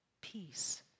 peace